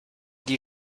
die